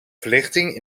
verlichting